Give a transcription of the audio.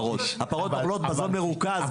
הפרות אוכלות מזון מרוכז,